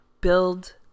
build